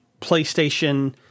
PlayStation